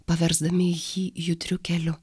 paversdami jį judriu keliu